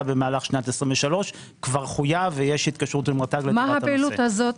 במהלך שנת 23'. כבר חויב ויש התקשרות- -- מה תוכן הפעילות הזו?